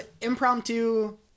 impromptu